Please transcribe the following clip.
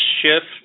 shift